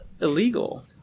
illegal